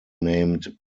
named